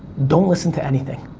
don't listen to anything,